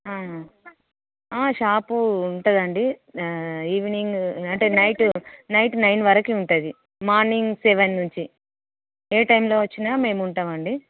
shop ఉంటుంది అండి evening అంటే నైట్ నైట్ నైన్ వరికి ఉంటుంది మార్నింగ్ సెవెన్ నుంచి ఏ టైంలో వచ్చిన మేము ఉంటాం అండి